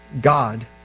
God